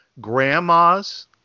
grandmas